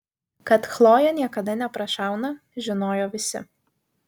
kad chlojė niekada neprašauna žinojo visi